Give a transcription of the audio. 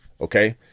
Okay